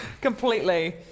completely